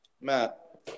Matt